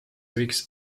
võiks